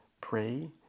pray